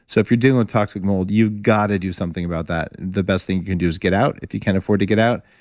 so if you're dealing with toxic mold, you've got to do something about that. the best thing you can do is get out. if you can't afford to get out,